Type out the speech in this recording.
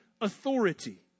authority